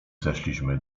zeszliśmy